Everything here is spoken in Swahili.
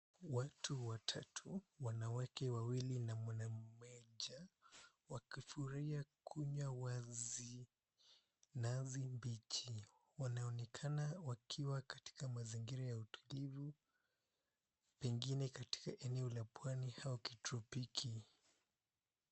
Watu watatu, wanawake wawili na mwanaume mmoja, wakifurahia kunywa nazi mbichi. Wanaonekana kuwa katika mazingira ya utulivu, pengine katika eneo la pwani au kitropiki.